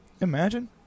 Imagine